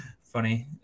Funny